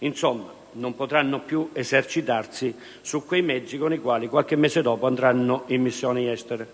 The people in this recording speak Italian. Insomma, non potranno più esercitarsi sui mezzi con i quali, qualche mese dopo, andranno in missioni all'estero!